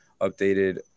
updated